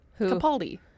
Capaldi